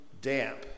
damp